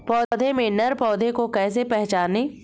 पौधों में नर पौधे को कैसे पहचानें?